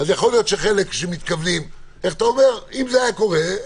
אם זה היה קורה,